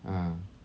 ah